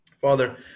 Father